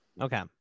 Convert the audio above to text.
Okay